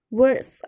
words